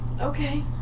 Okay